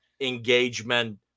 engagement